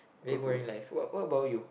very boring life what what about you